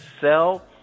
sell